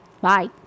bye